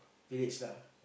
village lah